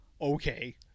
okay